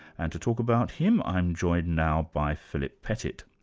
and to talk about him, i'm joined now by philip pettit.